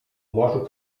morzu